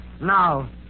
Now